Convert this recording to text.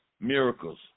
miracles